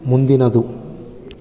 ಮುಂದಿನದು